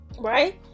Right